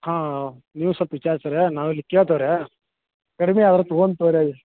ಹಾಂ ನೀವು ಸೊಲ್ಪ ವಿಚಾರ್ಸಿ ರೀ ನಾವು ಇಲ್ಲಿ ಕೇಳ್ತೀವಿ ರೀ ಕಡಿಮೆ ಆದ್ರ ತಗೊಂತಿ ರೀ